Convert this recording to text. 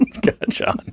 Gotcha